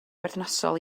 berthnasol